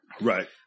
Right